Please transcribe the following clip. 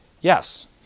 yes